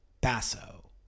basso